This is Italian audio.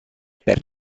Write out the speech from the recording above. per